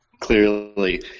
Clearly